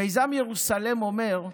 מיזם ירוסלם אומר: